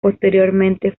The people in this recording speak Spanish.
posteriormente